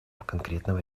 конкретного